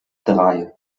drei